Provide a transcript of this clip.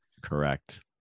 Correct